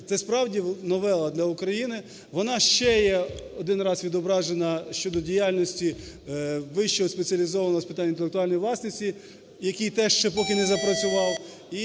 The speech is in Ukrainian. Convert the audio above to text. це справді новела для України. Вона ще є один раз відображена щодо діяльності Вищого спеціалізованого з питань інтелектуальної власності, який теж ще поки не запрацював.